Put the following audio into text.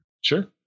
Sure